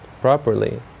properly